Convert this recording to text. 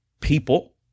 people